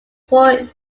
four